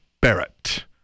Barrett